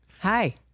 Hi